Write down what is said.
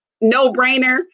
no-brainer